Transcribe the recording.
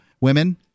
women